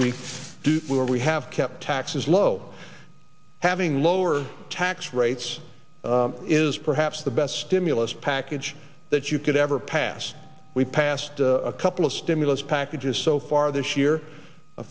we were we have kept taxes low having lower tax rates is perhaps the best stimulus package that you could ever pass we passed a couple of stimulus packages so far this year